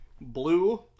Blue